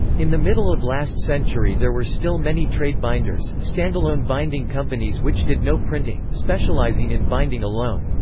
in the middle of last century there were still many trade binders stand-alone binding companies which did no printing, specializing in binding alone.